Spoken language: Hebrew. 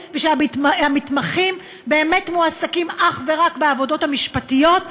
ושהמתמחים באמת מועסקים אך ורק בעבודות המשפטיות,